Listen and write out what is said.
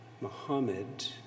Muhammad